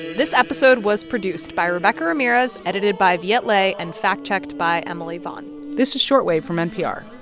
this episode was produced by rebecca ramirez, edited by viet le and fact-checked by emily vaughn this is short wave from npr.